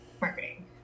marketing